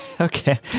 Okay